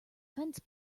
fence